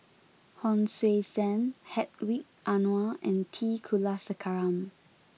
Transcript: Hon Sui Sen Hedwig Anuar and T Kulasekaram